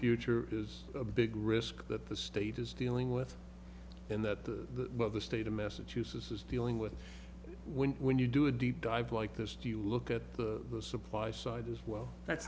future is a big risk that the state is dealing with and that the the state of massachusetts is dealing with when when you do a deep dive like this do you look at the supply side as well that's